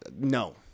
no